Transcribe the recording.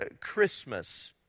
Christmas